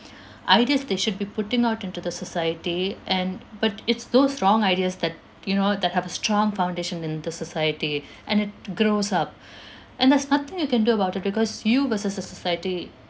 ideas they should be putting out into the society and but it's those wrong ideas that you know that have a strong foundation in the society and it grows up and there's nothing you can do about it because you versus the society